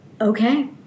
okay